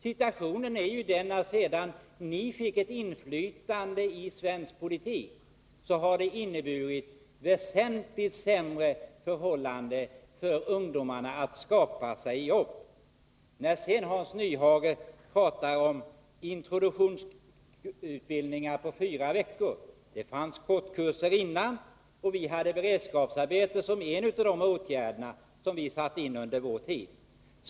Situationen är ju den att sedan ni fick inflytande i svensk politik har förhållandena blivit väsentligt sämre för ungdomarna när det gäller att skaffa sig jobb. Hans Nyhage talar om introduktionsutbildningar på fyra veckor. Men det fanns korttidskurser tidigare också. Beredskapsarbete är en av de åtgärder som vi satte in under vår regeringstid.